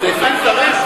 זה 20 שרים?